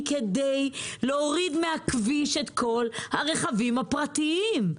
כדי להוריד מהכביש את כל הרכבים הפרטיים,